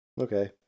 Okay